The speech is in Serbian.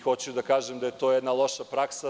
Hoću da kažem da je to jedna loša praksa.